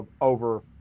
over